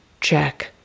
check